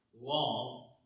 long